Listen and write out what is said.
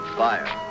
fire